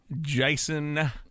Jason